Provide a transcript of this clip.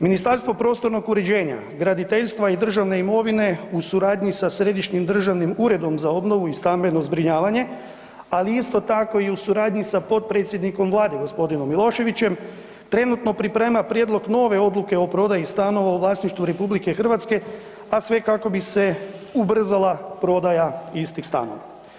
Ministarstvo prostog uređenja, graditeljstva i državne imovine, u suradnji sa Središnjim državnim uredom za obnovu i stambeno zbrinjavanje, ali isto tako i u suradnji sa potpredsjednikom Vlade, g. Miloševićem, trenutno priprema prijedlog nove odluke o prodaji stanova u vlasništvu RH, a sve kako bi se ubrzala prodaja istih stanova.